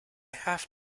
have